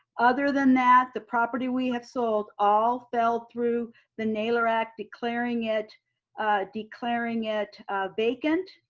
other than that the property we have sold all fell through the nailer act declaring it declaring it vacant.